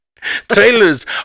trailers